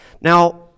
Now